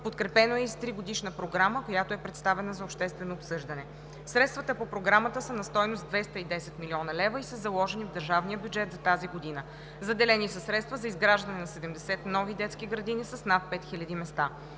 Подкрепено е и с 3-годишна програма, която е представена за обществено обсъждане. Средствата по програмата на стойност 210 млн. лв. и са заложени в държавния бюджет за тази година. Заделени са средства за изграждане на 70 нови детски градини с над 5000 места.